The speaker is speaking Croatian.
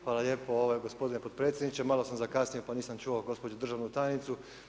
Hvala lijepo gospodine potpredsjedniče, malo sam zakasnio pa nisam čuo gospođu državnu tajnicu.